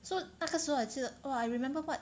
so 那个时候还记得 !wah! I remember what